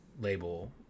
label